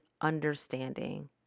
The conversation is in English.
understanding